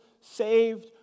saved